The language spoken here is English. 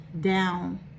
down